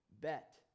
bet